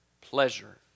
pleasure